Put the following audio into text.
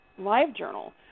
LiveJournal